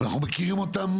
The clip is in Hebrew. אנחנו מכירים אותן